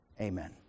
Amen